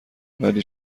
ولی